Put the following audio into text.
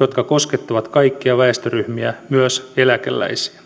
jotka koskettavat kaikkia väestöryhmiä myös eläkeläisiä